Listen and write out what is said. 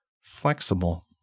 flexible